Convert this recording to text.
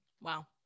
Wow